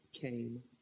came